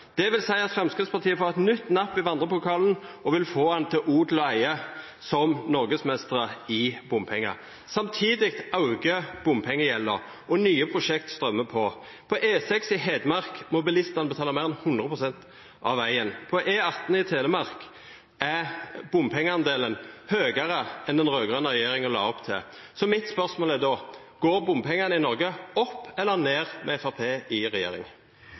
at Fremskrittspartiet får et nytt napp i vandrepokalen og vil få den til odel og eie som norgesmester i bompenger. Samtidig øker bompengegjelden, og nye prosjekter strømmer på. På E6 i Hedmark må bilistene betale mer enn 100 pst. av veien. På E18 i Telemark er bompengeandelen høyere enn den rød-grønne regjeringen la opp til. Mitt spørsmål er da: Går bompengene i Norge opp eller ned med Fremskrittspartiet i regjering?